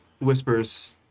whispers